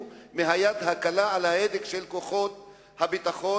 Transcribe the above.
מהיד הקלה על ההדק של כוחות הביטחון,